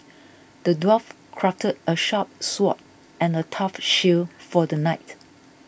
the dwarf crafted a sharp sword and a tough shield for the knight